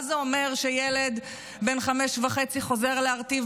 מה זה אומר שילד בן חמש וחצי חוזר להרטיב